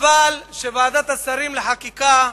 חבל שוועדת שרים לחקיקה,